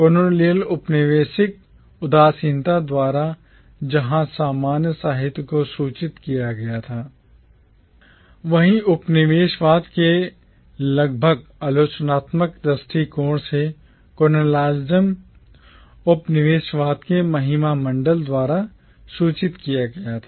colonial औपनिवेशिक उदासीनता द्वारा जहां सामान्य साहित्य को सूचित किया गया था वहीं उपनिवेशवाद के लगभग आलोचनात्मक दृष्टिकोण से colonialism उपनिवेशवाद के उपनिवेशवाद के महिमामंडन द्वारा सूचित किया गया था